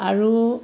আৰু